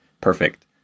perfect